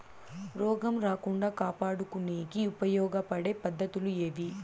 రోగం రాకుండా కాపాడుకునేకి ఉపయోగపడే పద్ధతులు ఏవి?